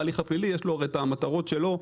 להליך הפלילי יש את המטרות שלו,